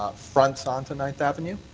ah fronts onto ninth avenue?